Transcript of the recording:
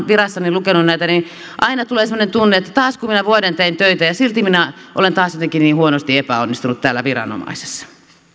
virassani lukenut näitä että aina tulee semmoinen tunne että taasko minä vuoden tein töitä ja silti minä olen taas jotenkin niin huonosti epäonnistunut täällä viranomaisessa